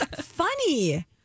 funny